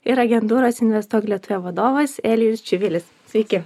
ir agentūros investuok lietuvoje vadovas elijus čivilis sveiki